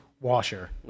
washer